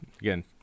again